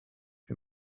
wir